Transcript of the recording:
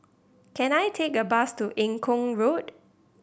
can I take a bus to Eng Kong Road